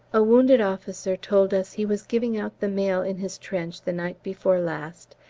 a wounded officer told us he was giving out the mail in his trench the night before last,